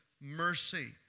mercy